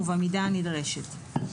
ובמידה הנדרשת.